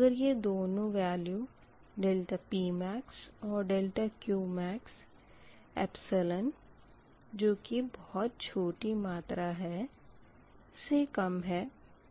अगर ये दोनों वेल्यू ∆Pmax और ∆Qmaxएपस्यिलन जो की बहुत छोटी मात्रा है से कम है